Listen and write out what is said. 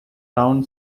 town